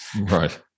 Right